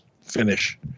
finish